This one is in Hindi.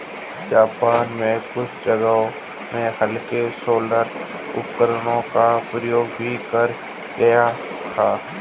जापान में कुछ जगह हल्के सोलर उपकरणों का प्रयोग भी करा गया था